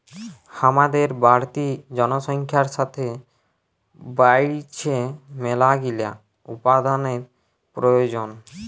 হামাদের বাড়তি জনসংখ্যার সাতে বাইড়ছে মেলাগিলা উপাদানের প্রয়োজন